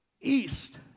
East